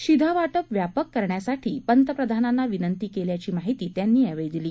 शिधावाटप व्यापक करण्यासाठी पंतप्रधांना विनंती केली असल्याची माहिती त्यांनी दिली